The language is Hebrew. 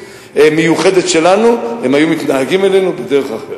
מיוחדת שלנו הם היו מתנהגים אלינו בדרך אחרת.